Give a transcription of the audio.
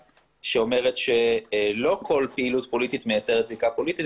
שאומרת שלא כל פעילות פוליטית מייצרת זיקה פוליטית,